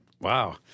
Wow